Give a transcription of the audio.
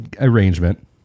arrangement